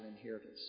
inheritance